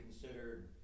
considered